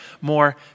more